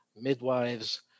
midwives